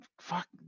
Fuck